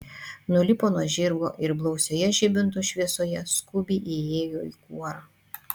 nulipo nuo žirgo ir blausioje žibintų šviesoje skubiai įėjo į kuorą